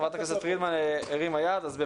חברת הכנסת פרידמן, בבקשה.